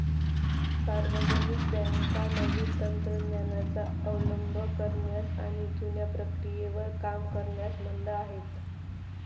सार्वजनिक बँका नवीन तंत्र ज्ञानाचा अवलंब करण्यास आणि जुन्या प्रक्रियेवर काम करण्यास मंद आहेत